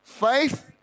Faith